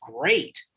great